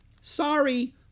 Sorry